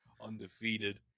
undefeated